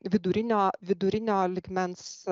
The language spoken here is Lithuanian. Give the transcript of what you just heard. vidurinio vidurinio lygmens